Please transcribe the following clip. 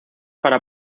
para